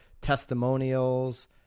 testimonials